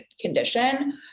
condition